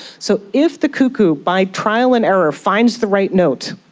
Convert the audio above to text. so if the cuckoo by trial and error finds the right note,